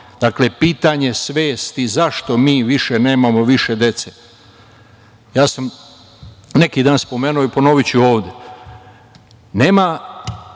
pitanje svesti zašto mi nemamo više dece. Ja sam neki dan spomenuo i ponoviću ovde. Nema